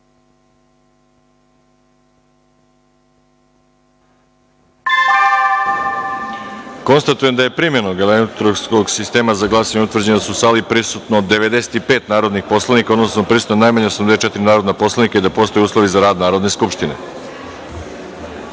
glasanje. Konstatujem da je, primenom elektronskog sistema za glasanje, utvrđeno da je u sali prisutno 95 narodnih poslanika, odnosno da je prisutno najmanje 84 narodnih poslanika i da postoje uslovi za rad Narodne skupštine. Da